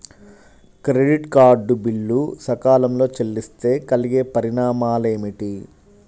Credit card bill సకాలంలో చెల్లిస్తే కలిగే పరిణామాలేమిటి?